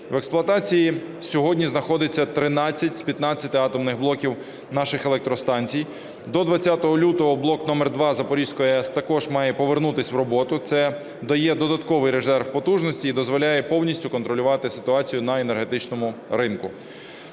В експлуатації сьогодні знаходиться 13 з 15 атомних блоків наших електростанцій. До 20 лютого блок №2 Запорізької АЕС також має повернутись в роботу. Це дає додатковий резерв потужності і дозволяє повністю контролювати ситуацію на енергетичному ринку.